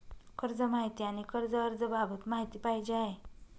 कर्ज माहिती आणि कर्ज अर्ज बाबत माहिती पाहिजे आहे